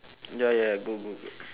ya ya good good good